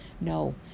No